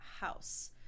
house